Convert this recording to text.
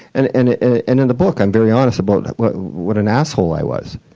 and and and in the book, i'm very honest about what what an asshole i was.